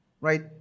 right